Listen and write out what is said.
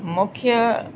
मुख्य